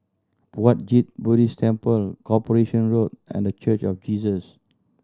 Puat Jit Buddhist Temple Corporation Road and The Church of Jesus